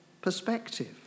perspective